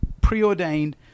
preordained